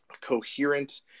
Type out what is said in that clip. coherent